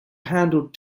handled